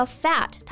fat